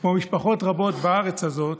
כמו משפחות רבות בארץ הזאת,